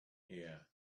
here